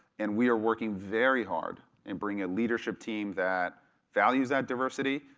and we are working very hard in bringing a leadership team that values that diversity,